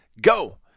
go